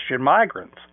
migrants